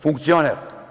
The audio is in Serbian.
Funkcioner.